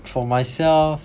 for myself